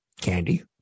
candy